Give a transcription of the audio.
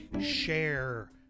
share